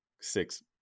six